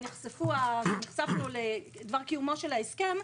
כשנחשפנו לדבר קיומו של ההסכם,